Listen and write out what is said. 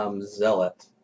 zealot